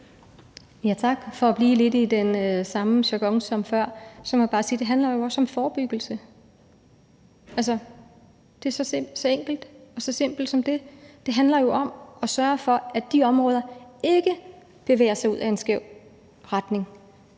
(S): Tak. For at blive lidt i den samme jargon som før, må jeg bare sige: Det handler jo også om forebyggelse. Altså, det er så enkelt og så simpelt som det. Det handler jo om at sørge for, at de områder ikke bevæger sig i en skæv retning.